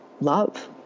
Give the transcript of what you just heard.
love